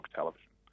television